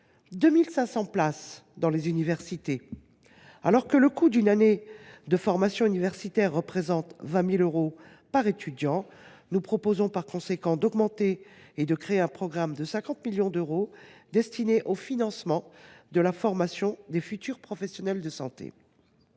2 500 places dans les universités. Alors que le coût d’une année de formation universitaire représente 20 000 euros par étudiant, nous proposons d’augmenter les crédits et de créer un programme de 50 millions d’euros destinés au financement de la formation des futurs professionnels de santé.